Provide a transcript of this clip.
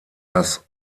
das